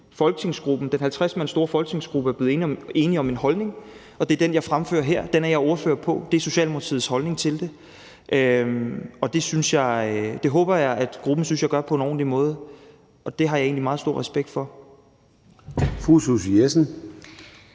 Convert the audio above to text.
Folketingsgruppen, den 50 mand store folketingsgruppe, er blevet enige om en holdning, og det er den, jeg fremfører her. Den er jeg ordfører på. Det er Socialdemokratiets holdning til det. Og det håber jeg at gruppen synes jeg gør på en ordentlig måde, og det har jeg egentlig meget stor respekt for. Kl.